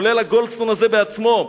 כולל הגולדסטון הזה בעצמו.